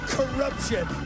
corruption